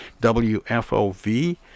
WFOV